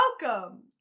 welcome